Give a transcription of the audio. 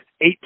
eight